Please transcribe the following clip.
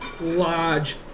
large